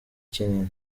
kinini